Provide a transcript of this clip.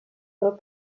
del